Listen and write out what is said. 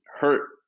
hurt